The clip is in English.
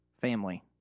family